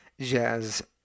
Jazz